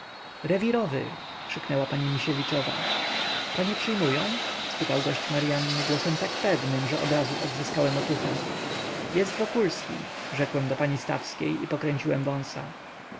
rewirowy krzyknęła pani misiewiczowa panie przyjmują zapytał gość maryany głosem tak pewnym że odrazu odzyskałem otuchę jest wokulski rzekłem do pani stawskiej i pokręciłem wąsa